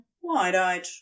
wide-eyed